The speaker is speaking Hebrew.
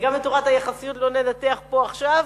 וגם את תורת היחסיות לא ננתח פה עכשיו,